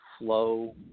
flow